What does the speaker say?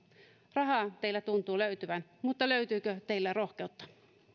rahaa teiltä tuntuu löytyvän mutta löytyykö teiltä rohkeutta